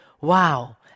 Wow